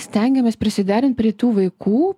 stengiamės prisiderint prie tų vaikų